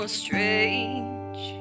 strange